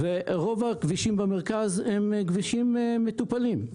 רוב הכבישים במרכז הם כבישים מטופלים,